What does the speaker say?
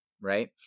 Right